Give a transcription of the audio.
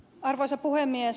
arvoisa puhemies